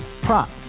Prop